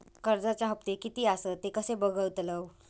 कर्जच्या हप्ते किती आसत ते कसे बगतलव?